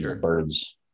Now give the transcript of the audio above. birds